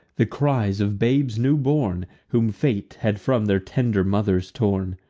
the cries of babes new born, whom fate had from their tender mothers torn,